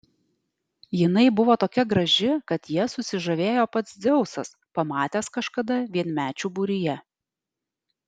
jinai buvo tokia graži kad ja susižavėjo pats dzeusas pamatęs kažkada vienmečių būryje